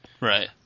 Right